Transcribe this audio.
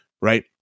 right